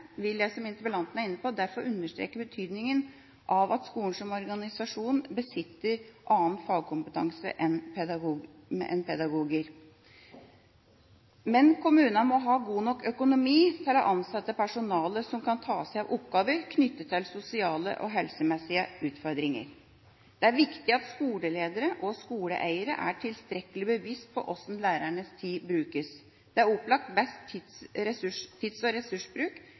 vil jeg, som interpellanten er inne på, derfor understreke betydninga av at skolen som organisasjon besitter annen fagkompetanse enn pedagogikk. Men kommunene må ha god nok økonomi til å ansette personale som kan ta seg av oppgaver knyttet til sosiale og helsemessige utfordringer. Det er viktig at skoleledere og skoleeiere er tilstrekkelig bevisst på hvordan lærernes tid brukes. Det er opplagt best tids- og ressursbruk